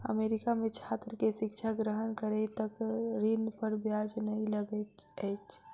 America में छात्र के शिक्षा ग्रहण करै तक ऋण पर ब्याज नै लगैत अछि